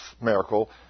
miracle